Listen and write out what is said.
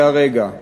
זה הרגע.